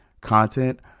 content